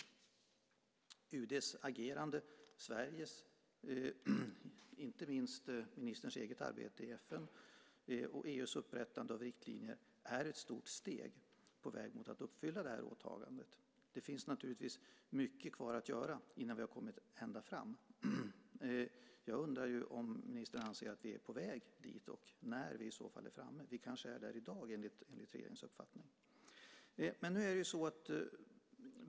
Sveriges och UD:s agerande, inte minst ministerns eget arbete i FN, och EU:s upprättande av riktlinjer är ett stort steg på väg mot att uppfylla det här åtagandet. Det finns naturligtvis mycket kvar att göra innan vi har kommit ända fram. Jag undrar om ministern anser att vi är på väg dit och när vi i så fall är framme. Vi kanske är där i dag, enligt regeringens uppfattning.